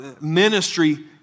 Ministry